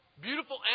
beautiful